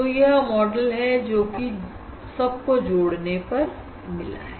तो यह मॉडल है जो कि जोड़ने पर मिला है